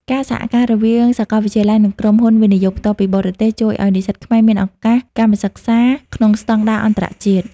ការសហការរវាងសាកលវិទ្យាល័យ និងក្រុមហ៊ុន វិនិយោគផ្ទាល់ពីបរទេស ជួយឱ្យនិស្សិតខ្មែរមានឱកាសកម្មសិក្សាក្នុងស្ដង់ដារអន្តរជាតិ។